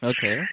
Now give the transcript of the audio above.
Okay